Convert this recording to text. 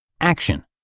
Action